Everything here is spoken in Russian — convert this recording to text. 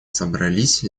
собрались